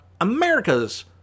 America's